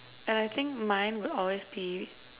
and I think mine would always be